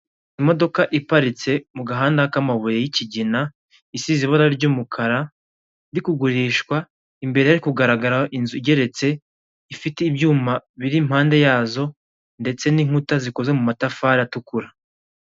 Imodoka iparitse mu gahanda k'amabuye y'ikigina isize ibara ry'umukara irikugurishwa imbere yo kugaragara inzu igeretse ifite ibyuma biri impande yazo ndetse n'inkuta zikoze mu matafari atukura.